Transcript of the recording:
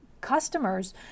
customers